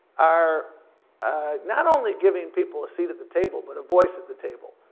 are not only giving people a seat at the table but a voice at the table.